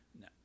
No